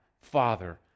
Father